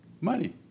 money